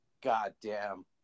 Goddamn